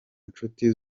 nshuti